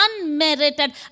unmerited